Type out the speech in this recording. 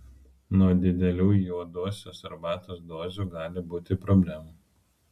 nuo didelių juodosios arbatos dozių gali būti problemų